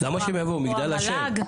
למה שהם יבואו, מגדל השן?